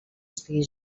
estigui